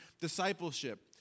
discipleship